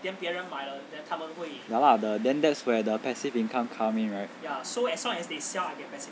ya lah then that's where the passive income come in right